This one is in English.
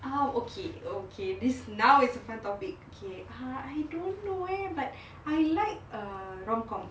ah okay okay this now is a fun topic okay I don't know where but I like ah rom com